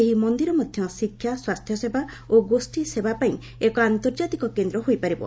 ଏହି ମନ୍ଦିର ମଧ୍ୟ ଶିକ୍ଷା ସ୍ୱାସ୍ଥ୍ୟସେବ ଓ ଗୋଷ୍ଠୀ ସେବା ପାଇଁ ଏକ ଆନ୍ତର୍ଜାତିକ କେନ୍ଦ୍ର ହୋଇପାରିବ